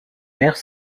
aire